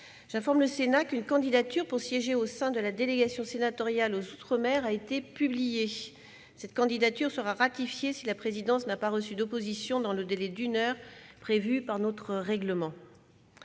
J'informe le Sénat qu'une candidature pour siéger au sein de la délégation sénatoriale aux outre-mer a été publiée. Cette candidature sera ratifiée si la présidence n'a pas reçu d'opposition dans le délai d'une heure prévu par notre règlement.